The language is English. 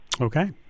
Okay